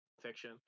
fiction